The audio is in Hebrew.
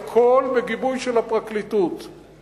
הכול בגיבוי של הפרקליטות,